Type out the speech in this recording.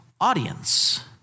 audience